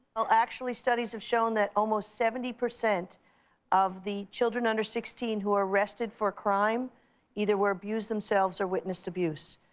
well, actually, studies have shown that almost seventy percent of the children under sixteen who are arrested for a crime either were abused themselves or witnessed abuse.